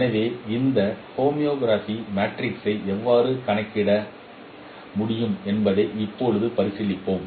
எனவே இந்த ஹோமோகிராபி மேட்ரிக்ஸை எவ்வாறு கணக்கிட முடியும் என்பதை இப்போது பரிசீலிப்போம்